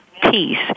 peace